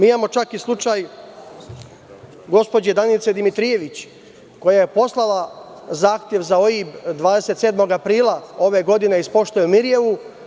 Imamo čak i slučaj gospođe Danice Dimitrijević, koja je poslala zahtev za OIB 27. aprila ove godine iz pošte u Mirijevu.